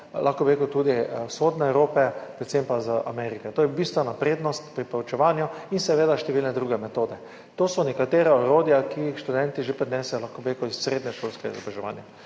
lahko bi rekel tudi iz Vzhodne Evrope, predvsem pa iz Amerike. To je bistvena prednost pri poučevanju in seveda številne druge metode. To so nekatera orodja, ki jih študentje že prinesejo iz srednješolskega izobraževanja.